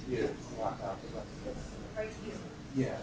yeah yeah